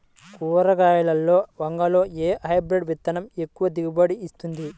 కూరగాయలలో వంగలో ఏ హైబ్రిడ్ విత్తనం ఎక్కువ దిగుబడిని ఇస్తుంది?